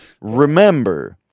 Remember